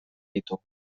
ditu